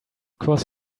course